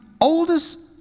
oldest